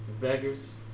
beggars